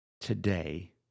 today